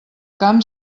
camp